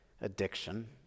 addiction